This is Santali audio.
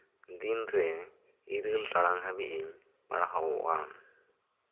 ᱫᱤᱱᱨᱮ ᱤᱨᱟᱹᱞ ᱴᱟᱲᱟᱝ ᱦᱟᱹᱵᱤᱡ ᱤᱧ ᱯᱟᱲᱦᱟᱣᱚᱜᱼᱟ